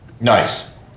Nice